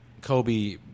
Kobe